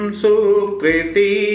sukriti